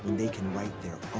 they can write their